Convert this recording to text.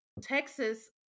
Texas